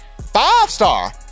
Five-star